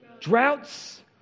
Droughts